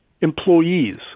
employees